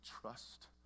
trust